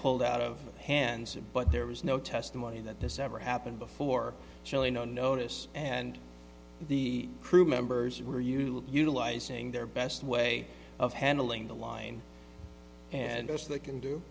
pulled out of hands and but there was no testimony that this ever happened before shelley no notice and the crew members were usually utilizing their best way of handling the line and as they can do